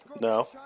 No